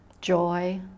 joy